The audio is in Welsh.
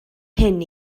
hyn